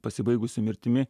pasibaigusi mirtimi